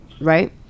Right